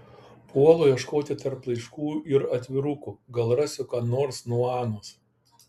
puolu ieškoti tarp laiškų ir atvirukų gal rasiu ką nors nuo anos